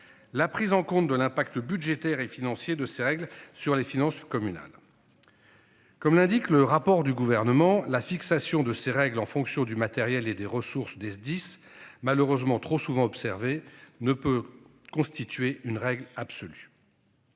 La prise en compte de l'impact budgétaire et financier de ces règles sur les finances communales. Comme l'indique le rapport du gouvernement la fixation de ces règles en fonction du matériel et des ressources des SDIS malheureusement trop souvent observées ne peut constituer une règle absolue.